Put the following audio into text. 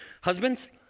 Husbands